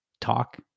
talk